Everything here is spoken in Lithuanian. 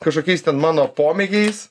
kažkokiais ten mano pomėgiais